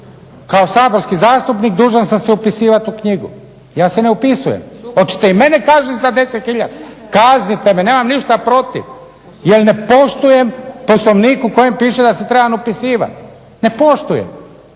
Kao saborski zastupnik dužan sam se upisivati u knjigu. Ja se ne upisujem. Hoćete i mene kazniti za 10 hiljada? Kaznite me. Nemam ništa protiv, jer ne poštujem Poslovnik u kojem piše da se trebam upisivat. Ne poštujem.